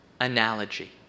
analogy